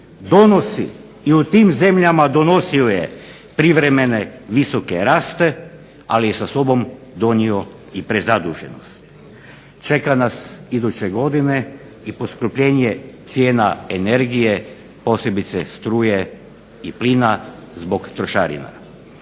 donosi i u tim zemljama donosio je privremene visoke raste, ali je sa sobom donio i prezaduženost. Čeka nas iduće godine i poskupljenje cijena energije, posebice struje i plina zbog trošarina.